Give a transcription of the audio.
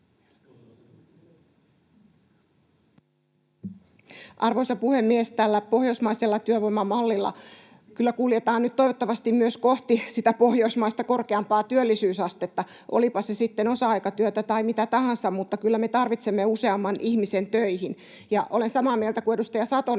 Arvoisa puhemies! Tällä pohjoismaisella työvoimamallilla kyllä kuljetaan nyt toivottavasti myös kohti sitä pohjoismaista korkeampaa työllisyysastetta, olipa se sitten osa-aikatyötä tai mitä tahansa, mutta kyllä me tarvitsemme useamman ihmisen töihin. Ja olen samaa mieltä kuin edustaja Satonen,